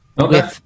Okay